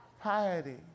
piety